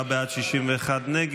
47 בעד, 61 נגד.